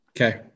okay